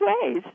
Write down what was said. ways